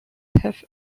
have